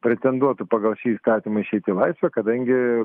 pretenduotų pagal šį įstatymą išeiti į laisvę kadangi